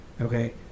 okay